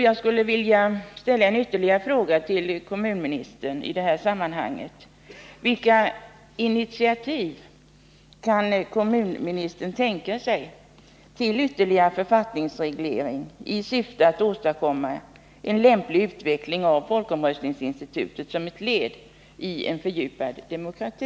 Jag skulle vilja ställa ytterligare en fråga till kommunministern i detta sammanhang: Vilka initiativ kan kommunministern tänka sig att ta till ytterligare författningsreglering i syfte att åstadkomma en lämplig utveckling av folkomröstningsinstitutet som ett led i en fördjupad kommunal demokrati?